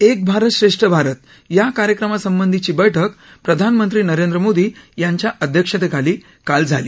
एक भारत श्रेष्ठ भारत या कार्यक्रमासंबंधीची बैठक प्रधानमंत्री नरेंद्र मोदी यांच्या अध्यक्षतेखाली काल झाली